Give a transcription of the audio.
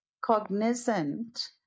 cognizant